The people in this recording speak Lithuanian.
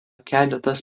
keletas